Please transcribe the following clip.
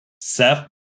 Seth